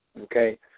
okay